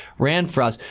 ran for us,